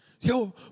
Yo